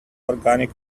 organic